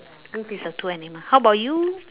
this is the two animal how about you